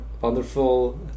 wonderful